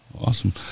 awesome